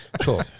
cool